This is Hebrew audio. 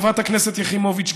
חברת הכנסת יחימוביץ,